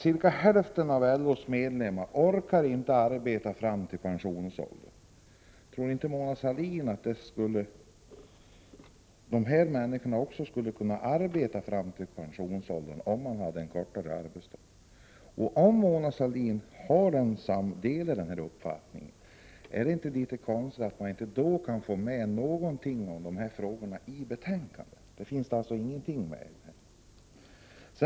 Cirka hälften av LO:s medlemmar orkar inte arbeta fram till pensionsåldern, Tror inte Mona Sahlin att de här människorna också skulle kunna arbeta fram till pensionsåldern om de hade en kortare arbetsdag? Om Mona Sahlin delar denna uppfattning, är det då inte litet konstigt att inte någonting av dessa frågor fått komma med i betänkandet? Det finns alltså ingenting med av detta.